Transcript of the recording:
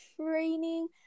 training